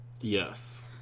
yes